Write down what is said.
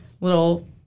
little